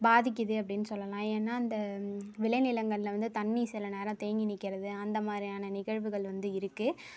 பாதிக்குது அப்படின்னு சொல்லலாம் ஏன்னால் இந்த விளைநிலங்களில் வந்து தண்ணி சில நேரம் தேங்கி நிற்கிறது அந்த மாதிரியான நிகழ்வுகள் வந்து இருக்குது